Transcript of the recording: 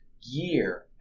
year